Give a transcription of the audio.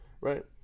right